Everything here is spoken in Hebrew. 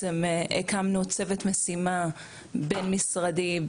הקמנו צוות משימה בין-משרדי,